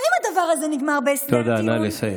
אם הדבר הזה נגמר בהסדר טיעון, תודה, נא לסיים.